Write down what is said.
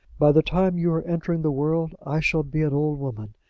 by the time you are entering the world, i shall be an old woman,